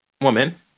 woman